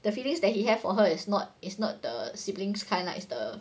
the feelings that he have her is not is not the siblings kind like the